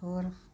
ਹੋਰ